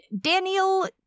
Daniel